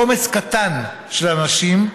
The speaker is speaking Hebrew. קומץ קטן של אנשים,